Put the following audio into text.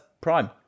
Prime